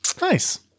Nice